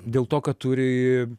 dėl to kad turi